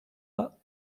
pas